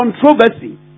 controversy